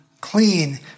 clean